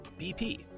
BP